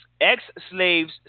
ex-slaves